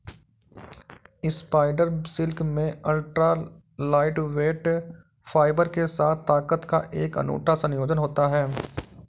spider silk में ultra lightweight fibre के साथ ताकत का एक अनूठा संयोजन होता है